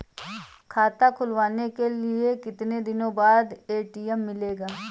खाता खुलवाने के कितनी दिनो बाद ए.टी.एम मिलेगा?